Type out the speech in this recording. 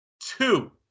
two